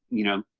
you know,